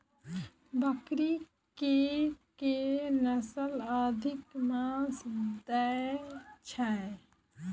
बकरी केँ के नस्ल अधिक मांस दैय छैय?